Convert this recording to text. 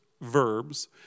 verbs